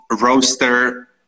Roaster